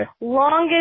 longest